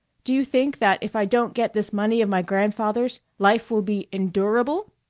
do you think that if i don't get this money of my grandfather's life will be endurable?